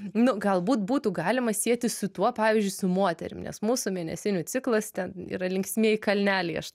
nu galbūt būtų galima sieti su tuo pavyzdžiui su moterim nes mūsų mėnesinių ciklas ten yra linksmieji kalneliai aš